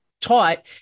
taught